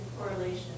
correlation